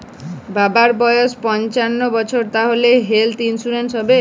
বাবার বয়স পঞ্চান্ন বছর তাহলে হেল্থ ইন্সুরেন্স হবে?